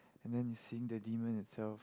and then the seeing the demon itself